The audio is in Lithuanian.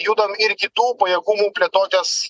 judam ir kitų pajėgumų plėtotės